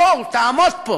בואו, תעמוד פה,